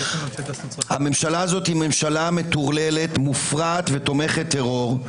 הממשלה הזאת מופרעת, מטורללת ותומכת טרור.